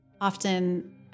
often